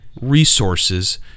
resources